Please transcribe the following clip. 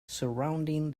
surrounding